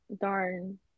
darn